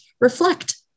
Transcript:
reflect